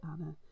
Anna